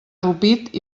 rupit